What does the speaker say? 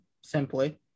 Simply